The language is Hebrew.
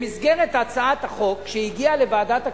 במסגרת הצעת החוק שהגיעה לוועדת הכספים,